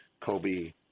Kobe